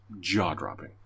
jaw-dropping